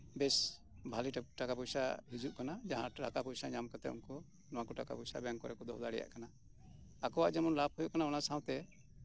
ᱵᱮᱹᱥ ᱵᱷᱟᱞᱮ ᱴᱟᱠᱟ ᱯᱚᱭᱥᱟ ᱦᱤᱡᱩᱜ ᱠᱟᱱᱟ ᱡᱟᱦᱟᱸ ᱴᱟᱠᱟ ᱯᱚᱭᱥᱟ ᱧᱟᱢ ᱠᱟᱛᱮᱜ ᱩᱱᱠᱩ ᱱᱚᱣᱟ ᱠᱚ ᱴᱟᱠᱟ ᱯᱚᱭᱥᱟ ᱵᱮᱝᱠ ᱠᱚᱨᱮ ᱠᱚ ᱫᱚᱦᱚ ᱫᱟᱲᱮᱭᱟᱜ ᱠᱟᱱᱟ ᱟᱠᱚᱣᱟᱜ ᱡᱮᱢᱚᱱ ᱞᱟᱵᱷ ᱦᱩᱭᱩᱜ ᱠᱟᱱᱟ ᱚᱱᱟ ᱥᱟᱶᱛᱮ